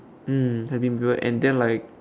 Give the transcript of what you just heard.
mm helping people and then like